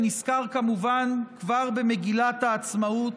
שנסקר כמובן כבר במגילת העצמאות,